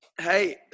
Hey